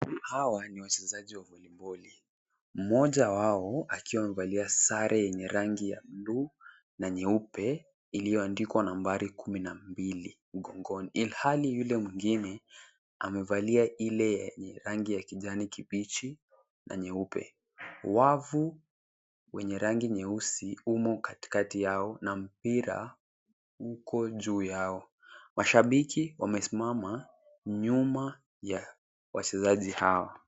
Haw ni wachezaji wa voliboli. Mmoja wao akiwa amevalia sare yenye rangi ya buluu na nyeupe iliyoandikwa nambari kumi na mbili mgongoni. Ilhali yule mwengine amevalia ile yenye rangi ya kijani kibichi na nyeupe. Wavu wenye rangi nyeusi umo katikati yao na mpira uko juu yao. Mashabiki wamesimama nyuma ya wachezaji hao.